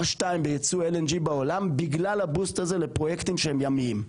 2 בייצוא LNG בעולם בגלל הבוסט הזה לפרויקטים שהם ימיים.